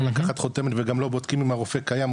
לקחת חותמת וגם לא בודקים אם הרופא קיים,